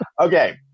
okay